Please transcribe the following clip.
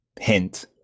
Hint